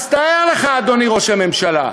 אז תאר לך, אדוני ראש הממשלה,